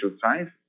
science